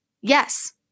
Yes